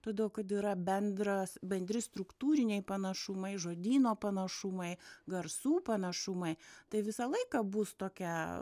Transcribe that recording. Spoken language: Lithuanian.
todėl kad yra bendras bendri struktūriniai panašumai žodyno panašumai garsų panašumai tai visą laiką bus tokia